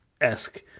esque